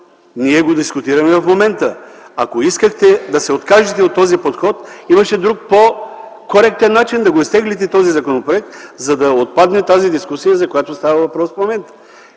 ние го дискутираме в момента? Ако искахте да се откажете от този подход, имаше друг, по-коректен начин да го изтеглите този законопроект, за да отпадне тази дискусия, за която става въпрос в момента.